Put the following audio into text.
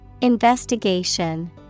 Investigation